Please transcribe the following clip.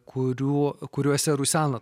kurių kuriuose rusena